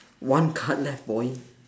one card left boy